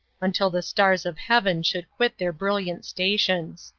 until the stars of heaven should quit their brilliant stations.